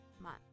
month